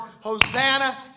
Hosanna